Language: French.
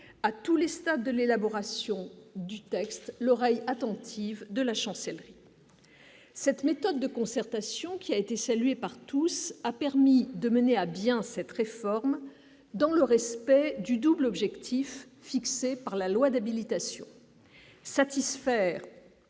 à tous les stades de l'élaboration du texte, l'oreille attentive de la chancellerie, cette méthode de concertation qui a été salué par tous, a permis de mener à bien cette réforme dans le respect du double objectif fixé par la loi d'habilitation satisfaire